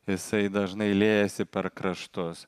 jisai dažnai liejasi per kraštus